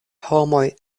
homoj